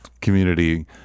community